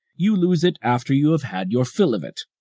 you lose it after you have had your fill of it.